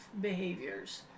behaviors